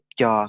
cho